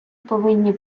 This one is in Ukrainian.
повинні